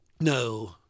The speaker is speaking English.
No